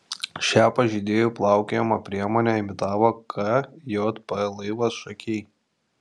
šią pažeidėjų plaukiojimo priemonę imitavo kjp laivas šakiai